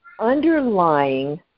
underlying